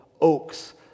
oaks